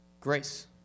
grace